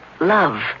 love